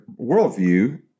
worldview